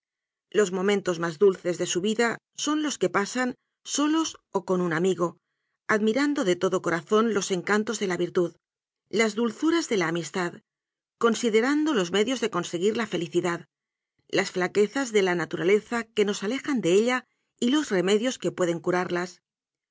los momentos más dulces de su vida son los que pa san solos o con un amigo admirando de todo co razón los encantos de la virtud las dulzuras de la amistad considerando los medios de conseguir la felicidad las flaquezas de la naturaleza que nos alejan de ella y los remedios que pueden